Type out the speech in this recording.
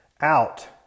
out